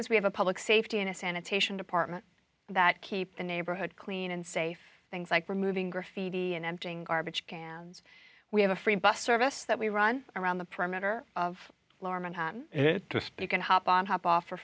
is we have a public safety and a sanitation department that keep the neighborhood clean and safe things like removing graffiti and emptying garbage cans we have a free bus service that we run around the pro matter of lower manhattan to speak and hop o